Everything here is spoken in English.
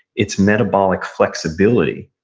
it's metabolic flexibility.